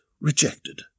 rejected